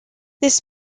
this